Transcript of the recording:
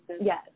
Yes